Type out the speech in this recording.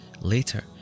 later